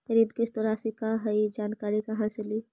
ऋण किस्त रासि का हई जानकारी कहाँ से ली?